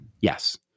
Yes